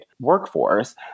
workforce